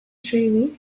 treaty